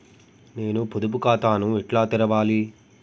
నేను పొదుపు ఖాతాను ఎట్లా తెరవాలి?